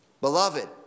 beloved